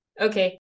Okay